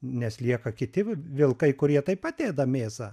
nes lieka kiti vilkai kurie taip pat ėda mėsą